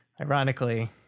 ironically